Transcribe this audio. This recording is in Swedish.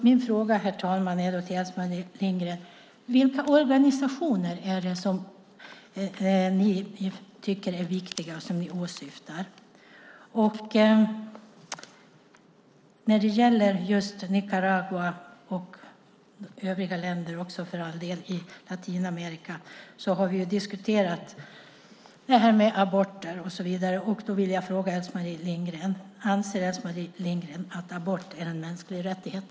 Min fråga, herr talman, till Else-Marie Lindgren är: Vilka organisationer är det som ni tycker är viktiga och som ni åsyftar? När det gäller Nicaragua, och också för all del övriga länder i Latinamerika, har vi diskuterat aborter och så vidare. Anser Else-Marie Lindgren att abort är en mänsklig rättighet?